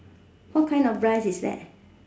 what kind of price is that